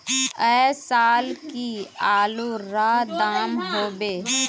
ऐ साल की आलूर र दाम होबे?